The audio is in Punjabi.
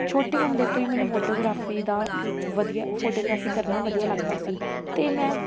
ਛੋਟੇ ਹੁੰਦੇ ਤੋਂ ਹੀ ਮੈਨੂੰ ਫੋਟੋਗ੍ਰਾਫੀ ਦਾ ਵਧੀਆ ਫੋਟੋਗ੍ਰਾਫੀ ਕਰਨਾ ਵਧੀਆ ਲੱਗਦਾ ਸੀ ਅਤੇ ਮੈਂ